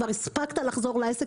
כבר הספקת לחזור לעסק,